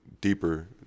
Deeper